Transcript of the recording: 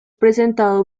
presentado